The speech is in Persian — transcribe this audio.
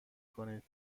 کنید